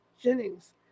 Jennings